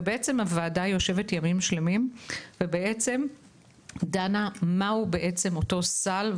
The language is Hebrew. הוועדה יושבת ימים שלמים ודנה מהו בעצם אותו סל,